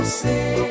say